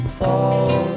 fall